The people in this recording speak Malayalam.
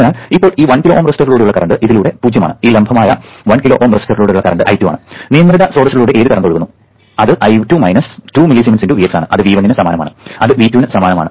അതിനാൽ ഇപ്പോൾ ഈ 1 കിലോ Ω റെസിസ്റ്ററിലൂടെയുള്ള കറന്റ് ഇതിലൂടെ പൂജ്യമാണ് ഈ ലംബമായ 1 കിലോ Ω റെസിസ്റ്ററിലൂടെ കറന്റ് I2 ആണ് നിയന്ത്രിത സ്രോതസ്സിലൂടെ ഏത് കറൻറ് ഒഴുകുന്നു അത് I2 2 മില്ലിസിമെൻസ് × Vx ആണ് അത് V1 ന് സമാനമാണ് അത് V2 ന് സമാനമാണ്